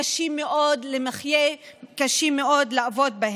קשים מאוד למחיה, קשה מאוד לעבוד בהם.